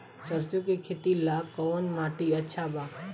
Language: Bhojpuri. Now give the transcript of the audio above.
सरसों के खेती ला कवन माटी अच्छा बा?